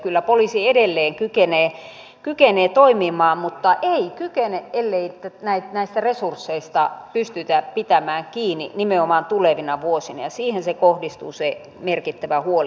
kyllä poliisi edelleen kykenee toimimaan mutta ei kykene ellei näistä resursseista pystytä pitämään kiinni nimenomaan tulevina vuosina ja siihen kohdistuu se merkittävä huoli